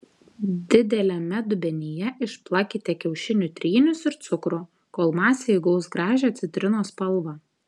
dideliame dubenyje išplakite kiaušinių trynius ir cukrų kol masė įgaus gražią citrinos spalvą